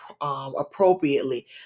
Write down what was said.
appropriately